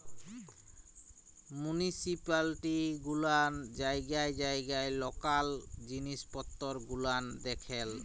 municipality গুলান জায়গায় জায়গায় লকাল জিলিস পত্তর গুলান দেখেল